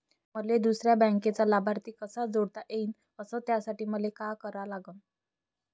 मले दुसऱ्या बँकेचा लाभार्थी कसा जोडता येईन, अस त्यासाठी मले का करा लागन?